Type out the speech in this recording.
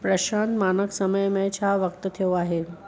प्रशांत मानक समय में छा वक़्ति थियो आहे